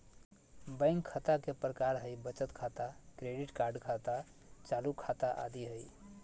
bank खता के प्रकार हइ बचत खाता, क्रेडिट कार्ड खाता, चालू खाता आदि हइ